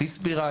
הכי סבירה,